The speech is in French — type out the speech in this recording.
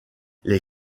les